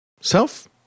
self